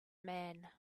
man